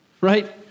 right